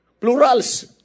Plurals